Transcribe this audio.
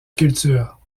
culture